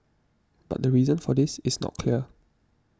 but the reason for this is not clear